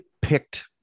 picked